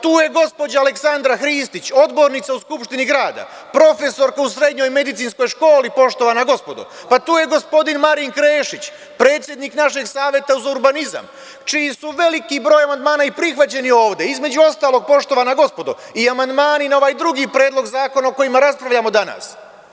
Tu je gospođa Aleksandra Hristić, odbornica u Skupštini Grada, profesorska u srednjoj medicinskoj školi, poštovana gospodo, tu je gospodin Marin Krešić, predsednik našeg Saveta za urbanizam čiji je veliki broj amandmana i prihvaćen ovde, između ostalog, poštovana gospodo, i amandmani na ovaj drugi Predlog zakona o kome raspravljamo danas.